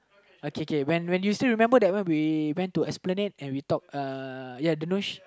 okay K when when you still remember that one we went to Esplanade and we talk uh ya the